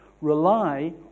rely